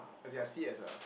uh as in I see it as a